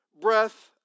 breath